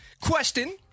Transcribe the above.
Question